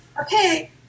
okay